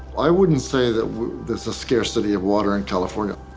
i wouldn't say that there's a scarcity of water in california.